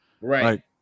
Right